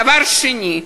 דבר שני,